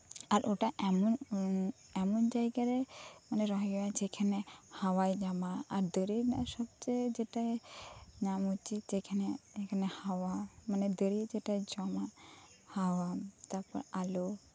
ᱟᱨ ᱚᱱᱟ ᱮᱢᱚᱱ ᱮᱢᱚᱱ ᱡᱟᱭᱜᱟᱨᱮ ᱢᱟᱱᱮ ᱨᱚᱦᱚᱭ ᱦᱩᱭᱩᱜᱼᱟ ᱡᱟᱦᱟᱨᱮ ᱦᱟᱣᱟᱭ ᱧᱟᱢᱟ ᱫᱟᱨᱤ ᱨᱮᱱᱟᱜ ᱡᱚᱛᱚᱠᱷᱚᱱ ᱡᱟᱦᱟᱸᱴᱟᱜ ᱧᱟᱢ ᱧᱟᱢ ᱩᱪᱤᱛ ᱡᱟᱦᱟᱨᱮ ᱦᱚᱭ ᱢᱟᱱᱮ ᱫᱟᱨᱤ ᱨᱮᱭᱟᱜ ᱡᱟᱦᱟ ᱡᱚᱢᱟᱜ ᱦᱟᱣᱟ ᱛᱟᱯᱚᱨ ᱟᱞᱚ